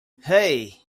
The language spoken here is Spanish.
hey